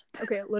Okay